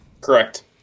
Correct